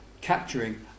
capturing